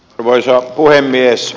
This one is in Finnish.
arvoisa puhemies